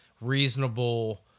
reasonable